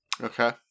Okay